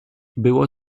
było